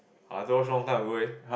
uh I though watch long time ago already